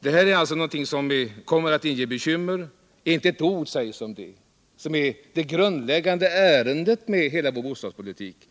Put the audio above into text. Det här är alltså något som kommer att inge bekymmer. Inte ett ord sägs om det som ir det grundläggande för hela vår bostadspolitik.